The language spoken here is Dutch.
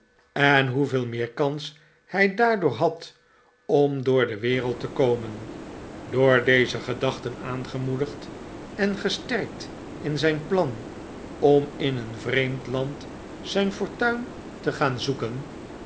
en hoeveel meer kans hij daardoor had om door de wereld te komen door deze gedachten aangemoedigd en gesterkt in zijn plan om in een vreemd land zijn fortuin te gaan zoeken